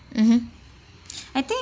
mmhmm I think